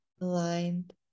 aligned